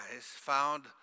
found